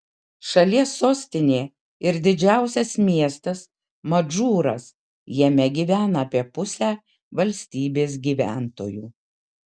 šalies sostinė ir didžiausias miestas madžūras jame gyvena apie pusę valstybės gyventojų